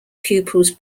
pupils